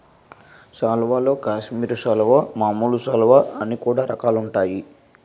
సాల్వల్లో కాశ్మీరి సాలువా, మామూలు సాలువ అని కూడా రకాలుంటాయి